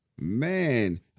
Man